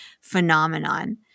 phenomenon